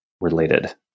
related